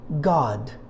God